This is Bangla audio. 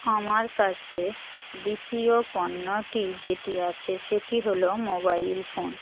আমার কাছে দ্বিতীয় পণ্যটি যেটি আছে সেটি হল মোবাইল ফোন